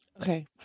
Okay